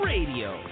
Radio